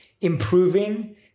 improving